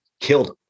killed